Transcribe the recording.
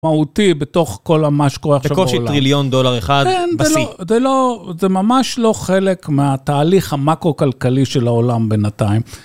מהותי בתוך כל מה שקורה עכשיו בעולם, בקושי טריליון דולר אחד בשיא. זה לא, זה ממש לא חלק מהתהליך המקו-כלכלי של העולם בינתיים.